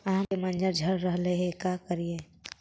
आम के मंजर झड़ रहले हे का करियै?